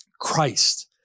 Christ